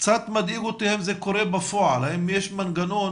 קצת מדאיג אותי האם זה קורה בפועל, האם יש מנגנון